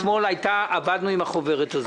אתמול עבדנו עם החוברת הזאת.